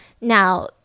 Now